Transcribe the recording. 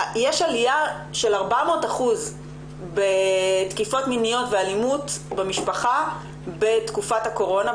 יש עליה של 400% בתקיפות מיניות ואלימות במשפחה בתקופת הקורונה,